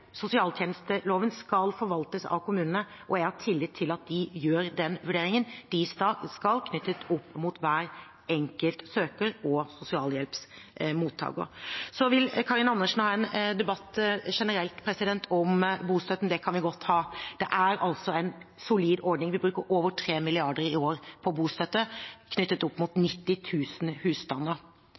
sosialtjenesteloven skal forvaltes av kommunene. Jeg har tillit til at de gjør den vurderingen de skal, knyttet opp mot hver enkelt søker og sosialhjelpsmottaker. Så vil representanten Karin Andersen ha en debatt generelt om bostøtten, og det kan vi godt ha. Det er en solid ordning. Vi bruker over 3 mrd. kr i år på bostøtte knyttet opp mot 90 000 husstander.